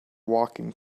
walking